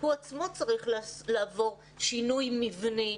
הוא עצמו צריך לעבור שינוי מבני,